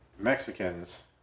mexicans